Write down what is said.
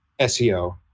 SEO